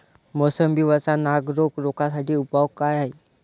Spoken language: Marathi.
मोसंबी वरचा नाग रोग रोखा साठी उपाव का हाये?